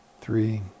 three